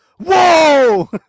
Whoa